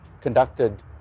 conducted